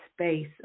space